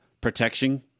protection